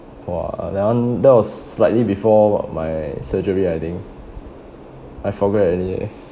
!wah! that one that was slightly before my surgery I think I forget already